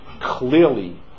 clearly